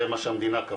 זה מה שהמדינה קבעה.